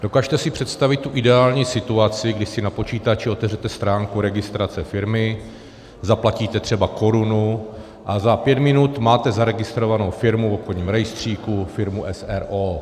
Dokažte si představit tu ideální situaci, kdy si na počítači otevřete stránku registrace firmy, zaplatíte třeba korunu a za pět minut máte zaregistrovanou firmu v obchodním rejstříku, firmu s. r. o.